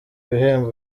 bihembo